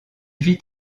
vit